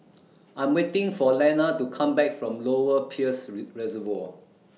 I'm waiting For Lenna to Come Back from Lower Peirce Reservoir